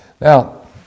Now